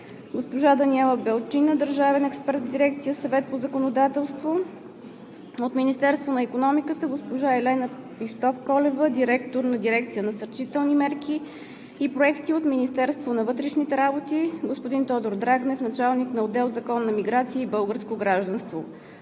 госпожа Даниела Белчина – държавен експерт в дирекция „Съвет по законодателство“; от Министерството на икономиката: госпожа Елена Пищовколева – директор на дирекция „Насърчителни мерки и проекти“; от Министерството на вътрешните работи: господин Тодор Драгнев – началник на отдел „Законна миграция и българско гражданство“;